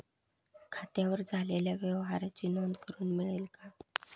खात्यावर झालेल्या व्यवहाराची नोंद करून मिळेल का?